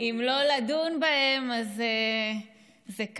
אם לא לדון בהם, זה כאן.